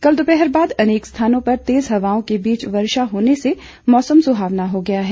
कल दोपहर बाद अनेक स्थानों पर तेज हवाओं के बीच वर्षा होने से मौसम सुहावना हो गया है